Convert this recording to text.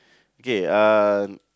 okay uh